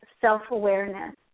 self-awareness